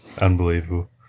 Unbelievable